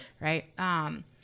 Right